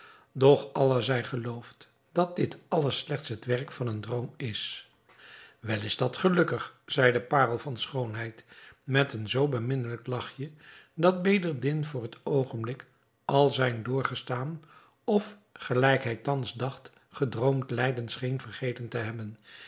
doch allah zij geloofd dat dit alles slechts het werk van een droom is wel is dat gelukkig zeide parel van schoonheid met een zoo beminnelijk lachje dat bedreddin voor het oogenblik al zijn doorgestaan of gelijk hij thans dacht gedroomd lijden scheen vergeten te hebben